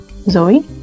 Zoe